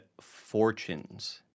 fortunes